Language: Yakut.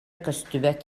көстүбэт